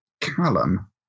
Callum